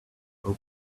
hope